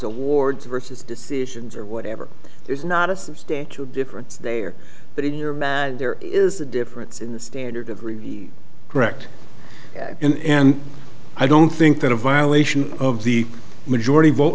awards versus decisions or whatever is not a substantial difference there but in your there is a difference in the standard of review correct and i don't think that a violation of the majority vote